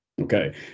Okay